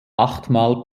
achtmal